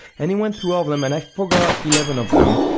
and he went through all of them and i forgot eleven of them,